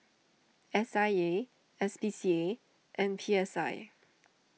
S I A S P C A and P S I